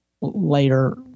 later